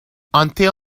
until